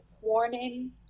warning